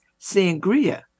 sangria